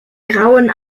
grauen